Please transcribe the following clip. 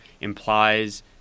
implies